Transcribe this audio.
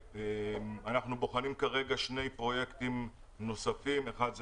אנחנו בוחנים כרגע שני פרויקטים נוספים: אחד,